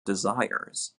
desires